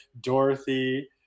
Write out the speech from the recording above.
Dorothy